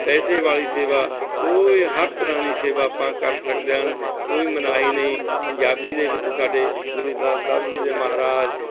ਪੈਸੇ ਵਾਲ਼ੀ ਸੇਵਾ ਉਹ ਹਰ ਤਰ੍ਹਾਂ ਦੀ ਸੇਵਾ ਆਪਾਂ ਕਰ ਸਕਦੇ ਹਨ ਕੋਈ ਮਨਾਹੀ ਨਹੀਂ ਪੰਜਾਬੀ ਦੇ ਵਿੱਚ ਸਾਡੇ ਗੁਰੂ ਗ੍ਰੰਥ ਸਾਹਿਬ ਜੀ ਦੇ ਮਹਾਰਾਜ